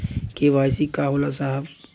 KYC का होला साहब?